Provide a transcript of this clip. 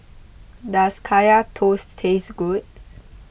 does Kaya Toast taste good